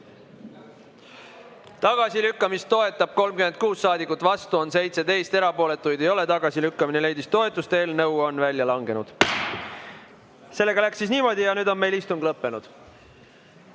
Tagasilükkamist toetab 36 saadikut, vastu on 17, erapooletuid ei ole. Tagasilükkamine leidis toetust ja eelnõu on menetlusest välja langenud. Sellega läks niimoodi. Ja nüüd on meil istung lõppenud.